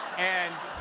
and